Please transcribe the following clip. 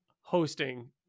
hosting